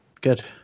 Good